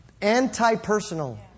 anti-personal